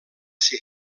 ser